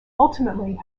ultimately